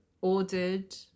ordered